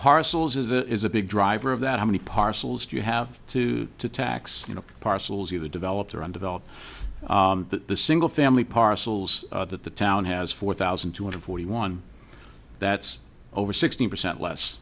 parcels is a big driver of that how many parcels you have to tax you know parcels of the developed or undeveloped the single family parcels that the town has four thousand two hundred forty one that's over sixty percent less